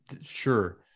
sure